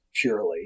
purely